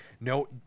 no